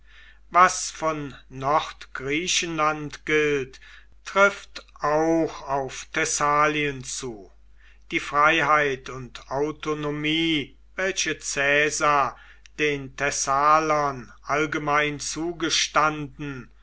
was von nordgriechenland gilt trifft auch auf thessalien zu die freiheit und autonomie welche caesar den thessalern allgemein zugestanden